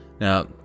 Now